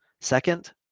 Second